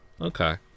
Okay